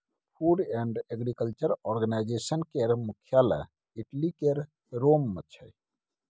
food and agriculture organisation केर मुख्यालय Italy केर रोम मे छै